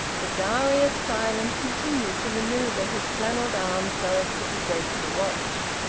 but darius, silent, continued to manoeuvre his flannelled arm so as to possess the watch.